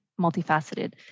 multifaceted